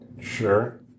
Sure